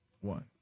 one